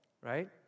right